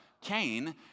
Cain